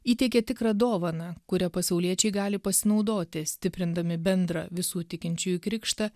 įteikė tikrą dovaną kuria pasauliečiai gali pasinaudoti stiprindami bendrą visų tikinčiųjų krikštą